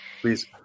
please